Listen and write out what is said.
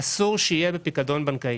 אסור שיהיה בפיקדון בנקאי.